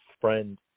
friend